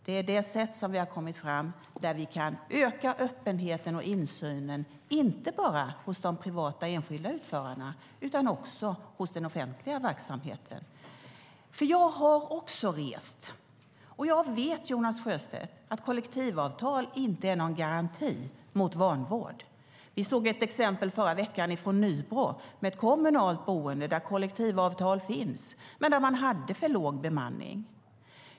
Det är det sätt som vi har kommit fram till där vi kan öka öppenheten och insynen, inte bara hos de privata enskilda utförarna utan också i den offentliga verksamheten. Jag har också rest, och jag vet, Jonas Sjöstedt, att kollektivavtal inte är någon garanti mot vanvård. Vi såg ett exempel förra veckan från Nybro, ett kommunalt boende där kollektivavtal finns men som har för låg bemanning.